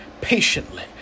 patiently